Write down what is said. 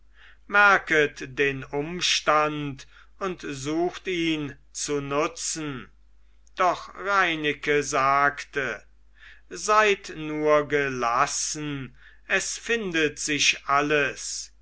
merket den umstand und sucht ihn zu nutzen doch reineke sagte seid nur gelassen es findet sich alles